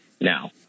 now